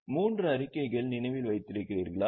மூன்று அறிக்கைகள் நினைவில் வைத்திருக்கிறீர்களா